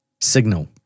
signal